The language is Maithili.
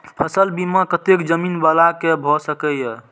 फसल बीमा कतेक जमीन वाला के भ सकेया?